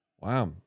Wow